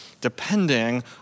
depending